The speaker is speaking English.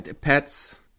pets